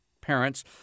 parents